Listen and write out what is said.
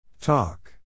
Talk